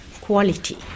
quality